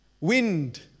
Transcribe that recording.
Wind